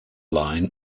line